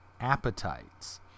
Appetites